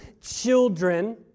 children